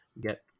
get